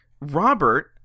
robert